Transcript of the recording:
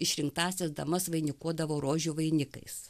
išrinktąsias damas vainikuodavo rožių vainikais